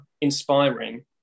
inspiring